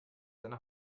seine